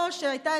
או שהייתה,